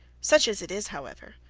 such as it is, however,